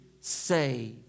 saved